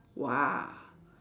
!wah!